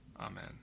Amen